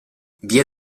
via